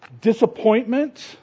disappointment